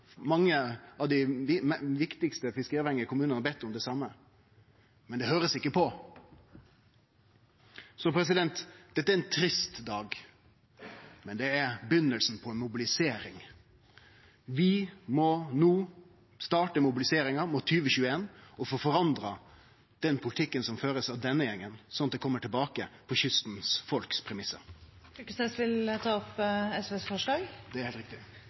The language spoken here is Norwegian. mange av dei viktigaste fiskeriavhengige kommunane har bedt om det same – men det blir ikkje høyrt på. Dette er ein trist dag, men det er begynninga på ei mobilisering. Vi må no starte mobiliseringa mot 2021 og få forandra politikken som blir ført av denne regjeringa, slik at dette kjem tilbake på premissa til kystfolket. Eg tar opp SV sine forslag.